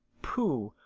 pooh!